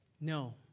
No